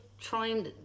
trying